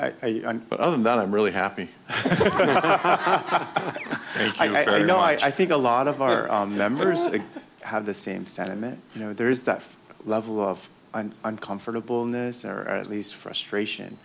but other than that i'm really happy i know i think a lot of our members have the same sentiment you know there is that level of uncomfortable in the air at least frustration